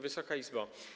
Wysoka Izbo!